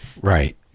Right